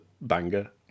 banger